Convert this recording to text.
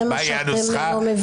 זה מה שאתם לא מבינים.